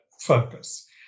focus